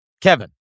Kevin